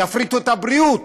יפריטו את הבריאות,